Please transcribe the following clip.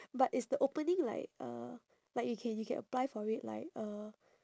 but is the opening like uh like you can you can apply for it like uh